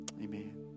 amen